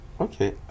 Okay